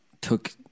took